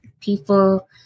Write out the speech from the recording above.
People